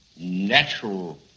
natural